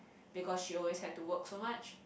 because she always have to work so much